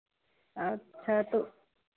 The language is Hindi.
अच्छा तो